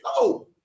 No